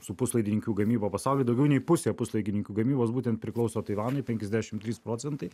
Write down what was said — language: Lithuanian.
su puslaidininkių gamyba pasauly daugiau nei pusė puslaigininkių gamybos būtent priklauso taivanui penkiasdešim trys procentai